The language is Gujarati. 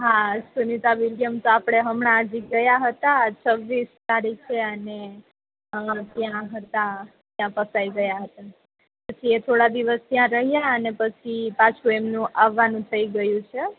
હા સુનિતા વિલિયમ્સ તો આપણે હમણાં હજી ગયા હતા આ છવીસ તારીખે અને ત્યાં હતા ત્યાં ફસાઈ ગયા હતા પછી એ થોડા દિવસ ત્યાં રહ્યા અને પછી પાછું એમનું આવવાનું થઈ ગયુ છે